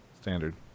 standard